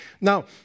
Now